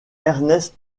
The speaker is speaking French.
ernest